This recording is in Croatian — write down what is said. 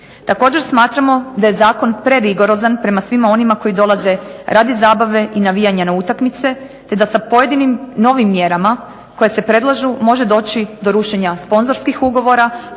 Također smatramo da je zakon prerigorozan prema svima onima koji dolaze radi zabave i navijanja na utakmice, te da sa pojedinim novim mjerama koje se predlažu može doći do rušenja sponzorskih ugovora,